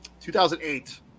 2008